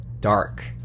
dark